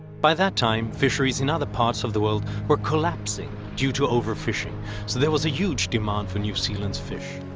by that time, fisheries in other parts of the world were collapsing due to overfishing, so there was a huge demand for new zealand's fish.